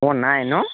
অ নাই ন'